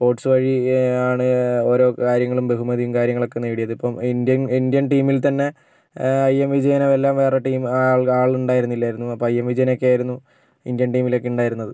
sports വഴി ആണ് ഓരോ കാര്യങ്ങളും ബഹുമതിയും കാര്യങ്ങളൊക്കെ നേടിയത് ഇപ്പം ഇന്ത്യൻ ഇന്ത്യൻ ടീമിൽ തന്നെ ഐ എം വിജയനെ വെല്ലാൻ വേറെ ടീമ് ആൾ ആളുണ്ടായിരുന്നില്ലായിരുന്നു അപ്പോൾ ഐ എം വിജയൻ ഒക്കെ ആയിരുന്നു ഇന്ത്യൻ ടീമിൽ ഒക്കെ ഉണ്ടായിരുന്നത്